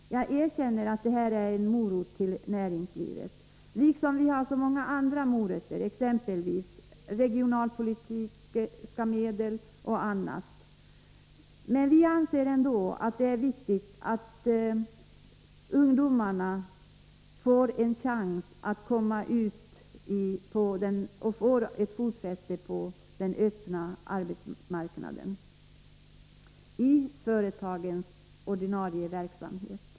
Jag erkänner att det här är en morot för näringslivet, liksom vi har så många andra morötter, exempelvis regionalpolitiska medel. Men vi anser ändå att det är viktigt att ungdomarna får en chans att komma ut och få ett fotfäste på den öppna arbetsmarknaden, i företagens ordinarie verksamhet.